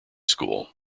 school